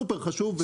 זה סופר חשוב.